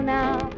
now